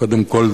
קודם כול,